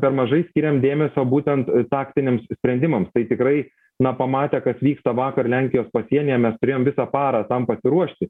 per mažai skiriam dėmesio būtent taktiniams sprendimams tai tikrai na pamatę kas vyksta vakar lenkijos pasienyje mes turėjom visą parą tam pasiruošti